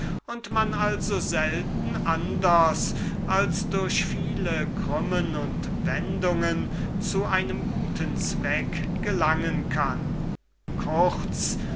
und daß man selten anders als durch viele krümmen und wendungen zu einem guten zweck gelangen kann kurz